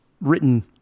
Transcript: written